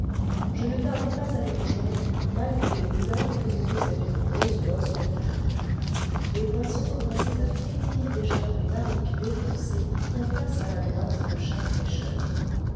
je ne tardai pas à les rejoindre malgré les douleurs que me causait une grosse bosse au front les poissons commençaient à frétiller déjà dans les barriques défoncées qu'on place à la droite de chaque pêcheur